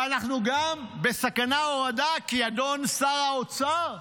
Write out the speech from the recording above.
ואנחנו גם בסכנת הורדה כי אדון שר האוצר ------- כנראה,